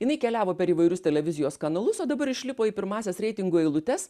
jinai keliavo per įvairius televizijos kanalus o dabar išlipo į pirmąsias reitingų eilutes